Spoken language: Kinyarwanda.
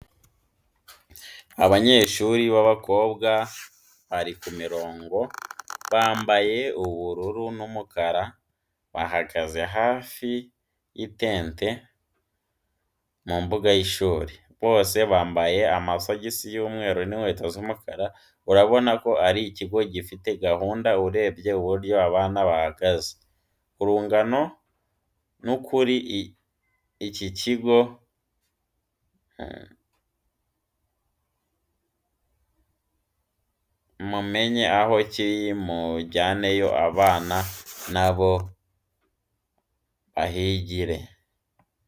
Abanyeshuri b'abakobwa bari ku mirongo bambaye ubururu n'umukara bahagaze hafi y'itente mu mbuga y'ishuri, bose bambaye amasogisi y'umweru n'inkweto zumukara, urabona ko ari ikigo gifite gahunda urebye uburyo abana bahagaze, urungano, nukuri iki kigo mumenye aho kiri mujyaneyo abana na bo bahigire.